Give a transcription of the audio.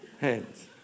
hands